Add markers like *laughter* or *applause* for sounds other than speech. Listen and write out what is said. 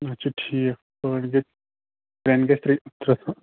اَچھا ٹھیٖک ژٕ ؤنۍزِیٚس وین گژھِ تیٚلہِ *unintelligible*